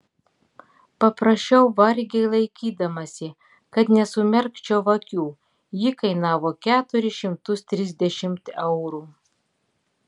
paprašiau vargiai laikydamasi kad nesumerkčiau akių ji kainavo keturis šimtus trisdešimt eurų